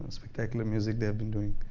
spectacular music they have been doing.